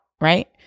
right